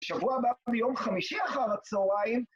בשבוע הבא ביום חמישי אחר הצהריים.